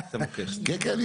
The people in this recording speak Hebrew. כן,